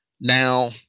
Now